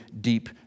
deep